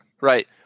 Right